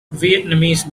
vietnamese